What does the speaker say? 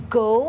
go